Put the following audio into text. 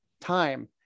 time